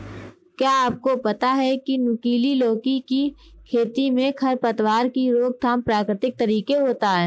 क्या आपको पता है नुकीली लौकी की खेती में खरपतवार की रोकथाम प्रकृतिक तरीके होता है?